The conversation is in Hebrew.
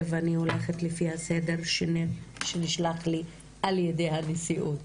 אני הולכת לפי הסדר שנשלח לי על ידי הנשיאות,